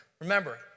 Remember